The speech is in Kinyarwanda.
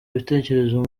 ibitekerezo